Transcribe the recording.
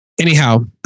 Anyhow